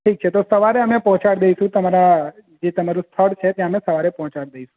ઠીક છે તો સવારે અમે પહોંચાડી દઈશું તમારા જે તમારું સ્થળ છે ત્યાં સવારે અમે પહોંચાડી દઈશું